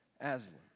Aslan